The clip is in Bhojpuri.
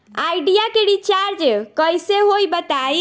आइडिया के रीचारज कइसे होई बताईं?